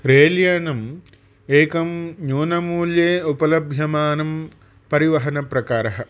रेल्यानम् एकं न्यूनमूल्ये उपलभ्यमानं परिवहनप्रकारः